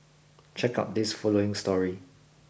check out this following story